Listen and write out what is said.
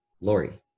Lori